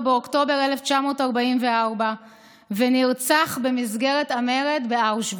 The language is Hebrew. באוקטובר 1944 ונרצח במסגרת המרד באושוויץ.